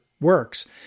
works